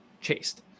chased